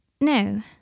No